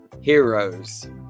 Heroes